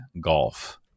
golf